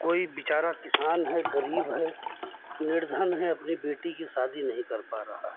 कोई बेचारा किसान है गरीब है निर्धन है अपनी बेटी की शादी नहीं कर पा रहा है